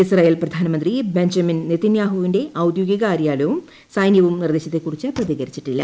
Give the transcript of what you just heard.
Israel പ്രധാനമന്ത്രി Benjamin നെതിന്യാഹുവിന്റെ ഔദ്യോഗിക കാര്യാലയവും സൈന്യവും നിർദ്ദേശത്തെക്കുറിച്ച് പ്രതികരിച്ചിട്ടില്ല